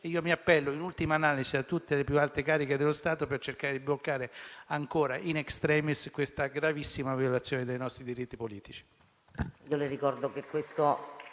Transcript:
io mi appello, in ultima analisi, a tutte le più alte cariche dello Stato per cercare di bloccare *in extremis* questa gravissima violazione dei nostri diritti politici.